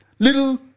Little